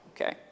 okay